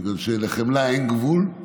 בגלל שלחמלה אין גבול,